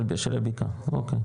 של הבקעה, אוקי.